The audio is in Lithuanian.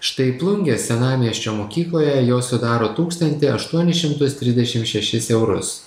štai plungės senamiesčio mokykloje jos sudaro tūkstantį aštuonis šimtus trisdešim šešis eurus